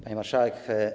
Pani Marszałek!